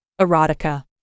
erotica